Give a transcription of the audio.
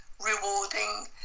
rewarding